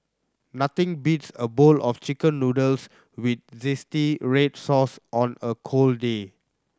nothing beats a bowl of Chicken Noodles with red sauce on a cold day